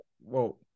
Whoa